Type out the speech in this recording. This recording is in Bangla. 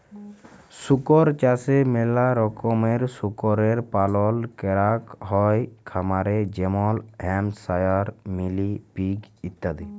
শুকর চাষে ম্যালা রকমের শুকরের পালল ক্যরাক হ্যয় খামারে যেমল হ্যাম্পশায়ার, মিলি পিগ ইত্যাদি